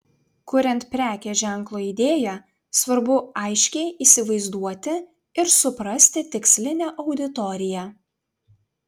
kuriant prekės ženklo idėją svarbu aiškiai įsivaizduoti ir suprasti tikslinę auditoriją